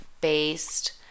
based